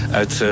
uit